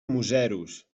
museros